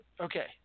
Okay